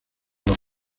los